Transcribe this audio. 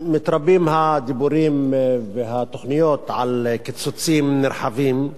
מתרבים הדיבורים והתוכניות על קיצוצים נרחבים,